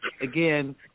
again